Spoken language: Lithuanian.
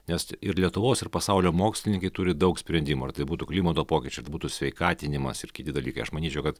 nes ir lietuvos ir pasaulio mokslininkai turi daug sprendimų ar tai būtų klimato pokyčiai būtų sveikatinimas ir kiti dalykai aš manyčiau kad